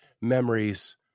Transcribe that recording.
memories